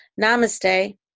Namaste